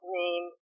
name